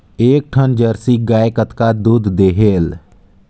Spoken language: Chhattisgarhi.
एक ठन जरसी गाय कतका दूध देहेल?